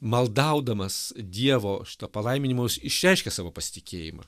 maldaudamas dievo šito palaiminimo jis išreiškia savo pasitikėjimą